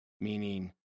meaning